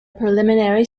preliminary